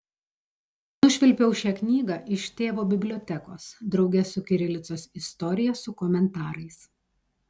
nušvilpiau šią knygą iš tėvo bibliotekos drauge su kirilicos istorija su komentarais